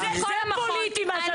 אז זה פוליטי מה שאת עושה.